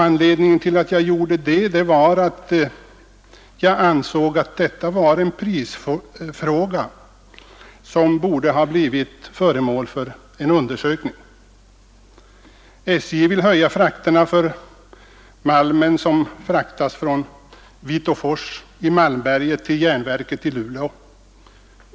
Anledning därtill var att jag ansåg att det här gällde en prisfråga som borde bli föremål för en undersökning. SJ vill höja frakterna för den malm som fraktas på malmbanan från Vitåfors i Malmberget till järnverket i Luleå.